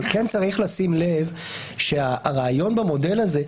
אבל כן צריך לשים לב שהרעיון במודל הזה,